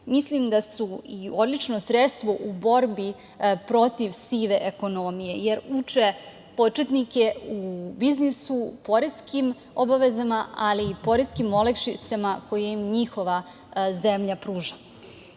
mislim da su i odlično sredstvo u borbi protiv sive ekonomije, jer uče početnike u biznisu poreskim obavezama ali i poreskim olakšicama koje im njihova zemlja pruža.U